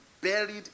buried